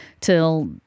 till